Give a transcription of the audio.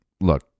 look